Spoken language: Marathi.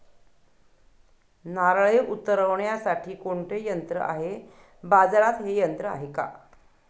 नारळे उतरविण्यासाठी कोणते यंत्र आहे? बाजारात हे यंत्र आहे का?